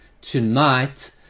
tonight